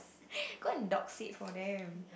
go and dogsit for them